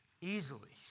easily